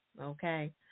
Okay